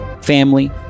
family